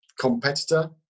competitor